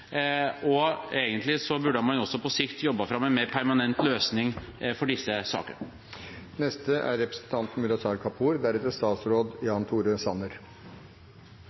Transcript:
fylkesmennene. Egentlig burde man på sikt ha jobbet fram en mer permanent løsning for disse sakene. Det har nesten blitt litt sånn at hvis man er